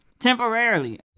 Temporarily